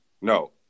No